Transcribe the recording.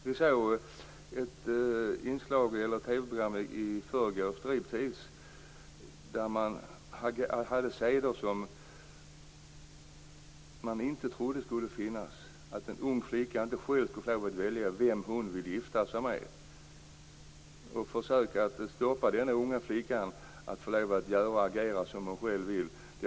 Vi kunde i förrgår i ett inslag i TV-programmet Striptease se exempel på seder som man inte trodde skulle finnas här. En ung flicka får inte själv välja vem hon vill gifta sig med, och man försöker hindra henne att agera så som hon själv vill.